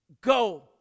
Go